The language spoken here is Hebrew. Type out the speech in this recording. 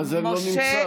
מאזן לא נמצא.